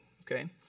okay